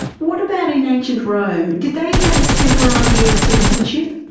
what about in ancient rome? did they have a similar idea of citizenship?